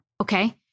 Okay